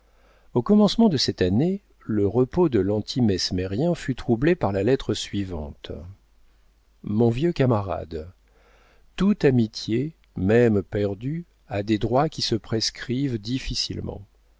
au commencement de cette année le repos de lanti mesmérien fut troublé par la lettre suivante mon vieux camarade toute amitié même perdue a des droits qui se prescrivent difficilement